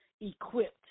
equipped